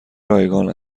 رایگان